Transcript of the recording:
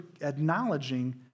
acknowledging